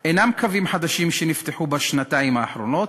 אינם קווים חדשים, שנפתחו בשנתיים האחרונות,